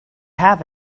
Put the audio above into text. have